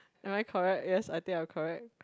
am I correct yes I think I am correct